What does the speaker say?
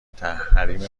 حریم